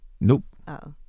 nope